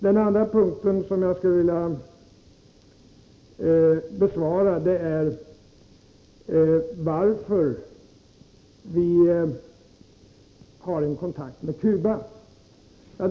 Jag vill gärna besvara också frågan om varför vi har kontakt med Cuba.